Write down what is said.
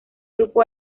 grupo